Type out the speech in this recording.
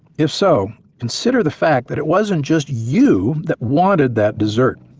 if so consider the fact that it wasn't just you that wanted that desert.